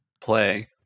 play